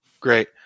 Great